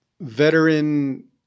veteran